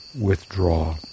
withdraw